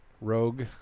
Rogue